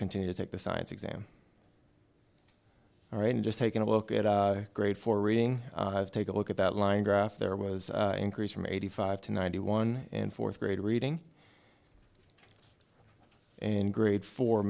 continue to take the science exam all right and just taking a look at a grade for reading take a look at that line graph there was increase from eighty five to ninety one in fourth grade reading and grade for